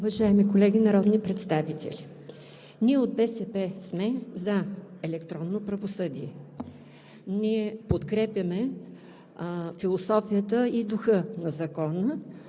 Уважаеми колеги народни представители! Ние от БСП сме „за“ електронно правосъдие. Ние подкрепяме философията и духа на Закона